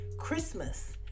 christmas